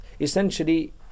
essentially